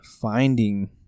finding